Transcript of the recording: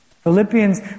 Philippians